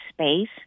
space